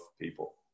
people